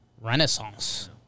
renaissance